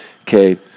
okay